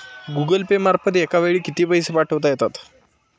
Google Pay मार्फत एका वेळी किती पैसे पाठवता येतात?